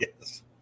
Yes